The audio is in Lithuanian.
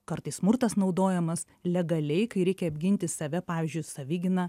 kartais smurtas naudojamas legaliai kai reikia apginti save pavyzdžiui savigyna